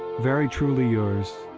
very truly yours,